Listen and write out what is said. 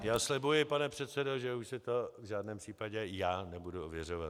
Já slibuji, pane předsedo, že už si to v žádném případě já nebudu ověřovat.